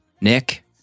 Nick